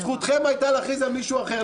זכותכם הייתה להכריז על מישהו אחר,